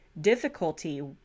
difficulty